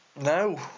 No